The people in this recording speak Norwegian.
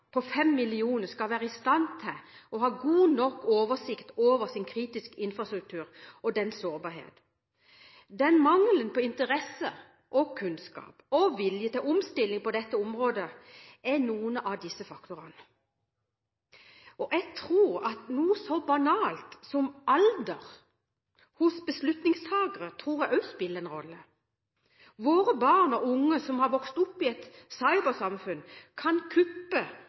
på fem millioner – skal være i stand til å ha god nok oversikt over sin kritiske infrastruktur og dens sårbarhet. Mangelen på interesse, kunnskap og vilje til omstilling på dette området er noen av faktorene for dette. Jeg tror at noe så banalt som alder hos beslutningstakere spiller en rolle. Våre barn og unge, som har vokst opp i et cybersamfunn, kan kuppe